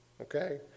okay